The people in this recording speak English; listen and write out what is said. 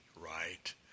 right